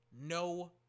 no